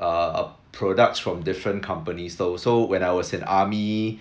err products from different companies so so when I was in army